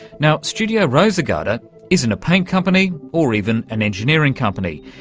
now, studio roosegarde isn't a paint company or even an engineering company,